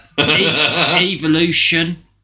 evolution